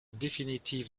définitive